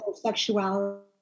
sexuality